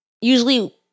usually